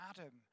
Adam